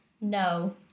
No